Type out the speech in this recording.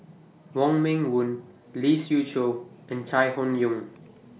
Wong Meng Voon Lee Siew Choh and Chai Hon Yoong